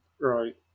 right